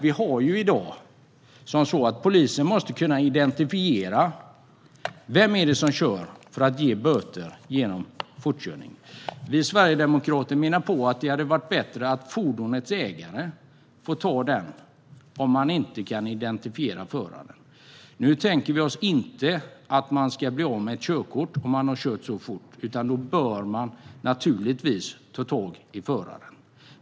I dag måste polisen kunna identifiera vem som kör för att kunna utfärda fortkörningsböter. Vi sverigedemokrater menar att det hade varit bättre om fordonets ägare hade fått ta boten om man inte kan identifiera föraren. Nu handlar det inte om fall där man har kört så fort att man ska bli av med körkortet, för då bör polisen naturligtvis få tag i föraren.